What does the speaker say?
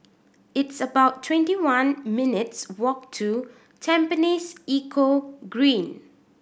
it's about twenty one minutes' walk to Tampines Eco Green